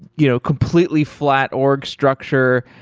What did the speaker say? you know completely flat org structure.